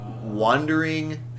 Wandering